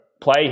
play